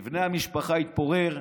מבנה המשפחה התפורר,